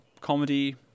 comedy